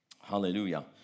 hallelujah